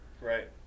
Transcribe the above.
Right